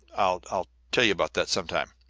i'll tell you about that some time.